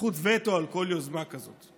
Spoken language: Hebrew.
וזכות וטו על כל יוזמה כזאת,